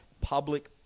public